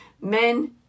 men